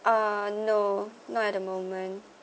uh no not at the moment